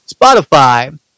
Spotify